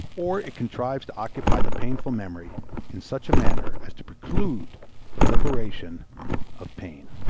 or it contrives to occupy the painful memory in such a manner as to preclude the liberation of pain.